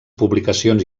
publicacions